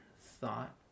thought